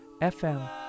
FM